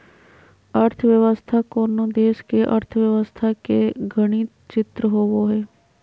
अर्थव्यवस्था कोनो देश के अर्थव्यवस्था के गणित चित्र होबो हइ